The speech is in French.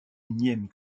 unième